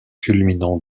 culminant